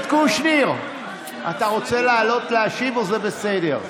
קושניר, אתה רוצה לעלות להשיב או שזה בסדר?